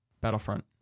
Battlefront